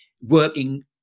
working